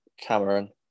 cameron